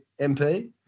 MP